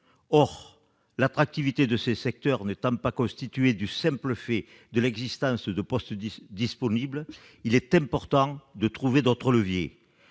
Or l'attractivité de ces secteurs n'étant pas constituée du simple fait de l'existence de postes disponibles, il est important de trouver d'autres leviers.